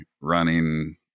running